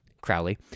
Crowley